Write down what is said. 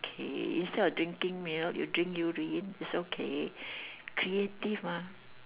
k instead of drinking milk you drink urine it's okay creative mah